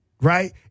right